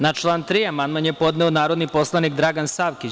Na član 3. amandman je podneo narodni poslanik Dragan Savkić.